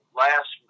last